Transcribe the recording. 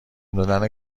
دادن